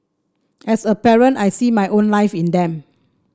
as a parent I see my own life in them